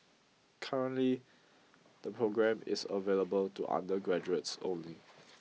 currently the programme is available to undergraduates only